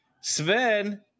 Sven